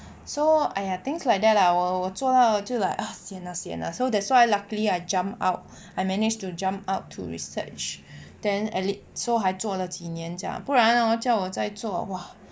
so things like that lah 我做到就 like sian lah sian lah so that's why luckily I jump out I managed to jump out to research then elite so 还做了几年这样不然 hor 叫我再做 !wah!